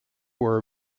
were